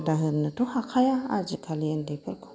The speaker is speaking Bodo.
बादा होनोथ' हाखाया आजिखालि उन्दैफोरखौ